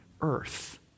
earth